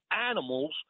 animals